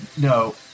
No